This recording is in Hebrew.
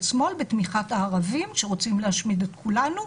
שמאל בתמיכת הערבים שרוצים להשמיד את כולנו,